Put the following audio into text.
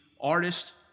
artist